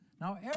Now